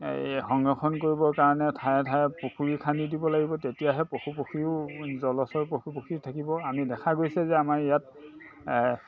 এই সংৰক্ষণ কৰিবৰ কাৰণে ঠাই ঠাই পুখুৰী খান্দি দিব লাগিব তেতিয়াহে পশু পক্ষীও জলচয় পশু পক্ষী থাকিব আমি দেখা গৈছে যে আমাৰ ইয়াত